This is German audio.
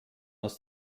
aus